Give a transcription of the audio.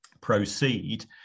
proceed